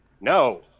No